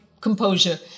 composure